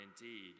indeed